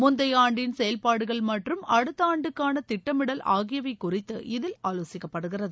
முந்தைய ஆண்டின் செயல்பாடுகள் மற்றும் அடுத்த ஆண்டுக்கான திட்டமிடல் ஆகியவை குறித்து இதில் ஆலோசிக்கப்படுகிறது